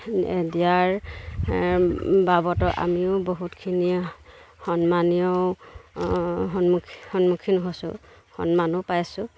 দিয়াৰ বাবত আমিও বহুতখিনি সন্মানীয় সন্মুখীন হৈছোঁ সন্মানো পাইছোঁ